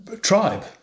tribe